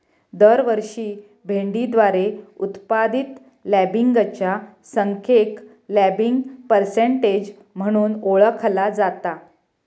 दरवर्षी भेंडीद्वारे उत्पादित लँबिंगच्या संख्येक लँबिंग पर्सेंटेज म्हणून ओळखला जाता